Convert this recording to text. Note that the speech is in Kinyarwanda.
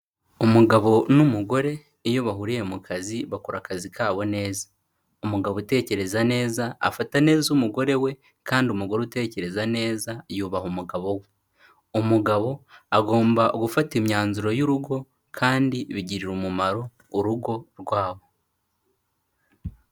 Umugabo n'umugore iyo bahuriye mu kazi bakora akazi kabo neza. Umugabo utekereza neza afata neza umugore we kandi umugore utekereza neza yubaha umugabo we. Umugabo agomba gufata imyanzuro y'urugo kandi bigirira umumaro urugo rwabo.